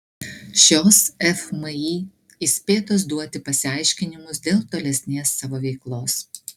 šios fmį įspėtos duoti pasiaiškinimus dėl tolesnės savo veiklos